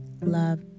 love